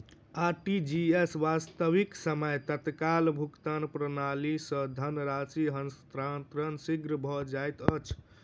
RTGS, वास्तविक समय तत्काल भुगतान प्रणाली, सॅ धन राशि हस्तांतरण शीघ्र भ जाइत अछि